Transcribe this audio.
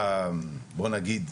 אחת, בואו נגיד,